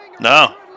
No